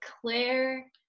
Claire